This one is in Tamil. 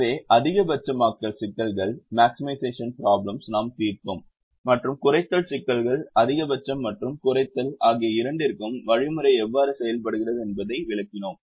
எனவே அதிகபட்சமயமாக்கல் சிக்கல்களை நாம் தீர்த்தோம் மற்றும் குறைத்தல் சிக்கல்கள் அதிகபட்சம் மற்றும் குறைத்தல் ஆகிய இரண்டிற்கும் வழிமுறை எவ்வாறு செயல்படுகிறது என்பதை விளக்கியது